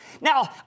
Now